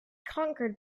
conquered